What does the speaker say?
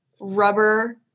rubber